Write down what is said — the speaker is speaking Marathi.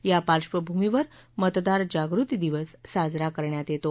या पार्श्वभूमीवर मतदार जागृती दिवस साजरा करण्यात येतो